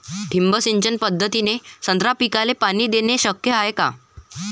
ठिबक सिंचन पद्धतीने संत्रा पिकाले पाणी देणे शक्य हाये का?